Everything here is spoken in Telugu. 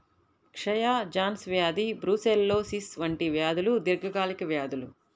క్షయ, జాన్స్ వ్యాధి బ్రూసెల్లోసిస్ వంటి వ్యాధులు దీర్ఘకాలిక వ్యాధులు